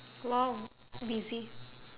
!wow! busy